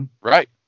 Right